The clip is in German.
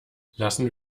lassen